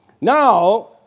Now